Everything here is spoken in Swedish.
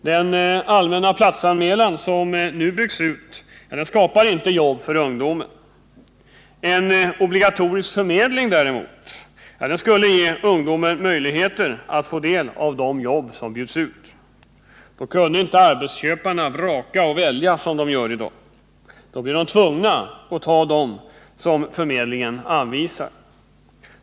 Den allmänna platsanmälan som nu byggs ut skapar inte jobb för ungdomen. En obligatorisk förmedling skulle däremot ge ungdomen möjligheter att få del av de jobb som finns. Då kunde inte arbetsköparna vraka och välja som de gör i dag. Då blev de tvungna att ta den som förmedlingen anvisar.